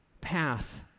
path